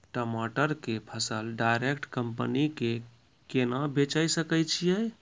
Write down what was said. टमाटर के फसल डायरेक्ट कंपनी के केना बेचे सकय छियै?